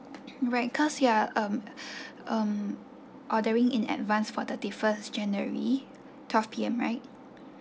right cause you're um um ordering in advance for thirty first january twelve P_M right